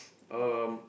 my